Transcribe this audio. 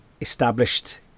established